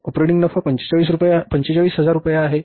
operating नफा 45000 रुपये आहे